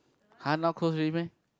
[huh] not close already meh